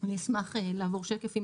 (שקף: